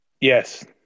Yes